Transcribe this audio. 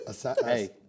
Hey